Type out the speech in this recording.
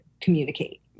communicate